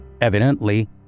Evidently